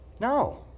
No